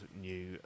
new